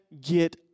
get